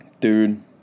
Dude